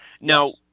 Now